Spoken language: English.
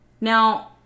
Now